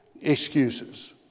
excuses